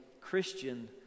Christian